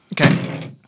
Okay